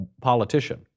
politician